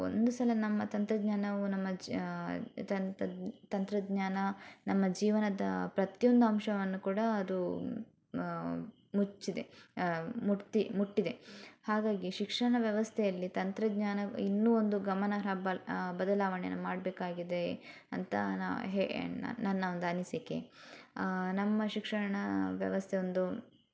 ಒಂದು ಸಲ ನಮ್ಮ ತಂತ್ರಜ್ಞಾನವು ನಮ್ಮ ಜಾ ತಂತದ್ ತಂತ್ರಜ್ಞಾನ ನಮ್ಮ ಜೀವನದ ಪ್ರತಿಯೊಂದು ಅಂಶವನ್ನು ಕೂಡ ಅದು ಮುಚ್ಚಿದೆ ಮುಟ್ತಿ ಮುಟ್ಟಿದೆ ಹಾಗಾಗಿ ಶಿಕ್ಷಣ ವ್ಯವಸ್ಥೆಯಲ್ಲಿ ತಂತ್ರಜ್ಞಾನ ಇನ್ನೂ ಒಂದು ಗಮನಾರ್ಹ ಬಲ್ ಬದಲಾವಣೆಯನ್ನು ಮಾಡಬೇಕಾಗಿದೆ ಅಂತ ನಾ ಹೇ ನನ್ನ ಒಂದು ಅನಿಸಿಕೆ ನಮ್ಮ ಶಿಕ್ಷಣ ವ್ಯವಸ್ಥೆ ಒಂದು